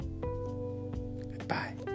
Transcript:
Goodbye